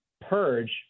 purge